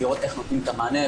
לראות איך נותנים את המענה.